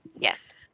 Yes